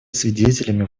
свидетелями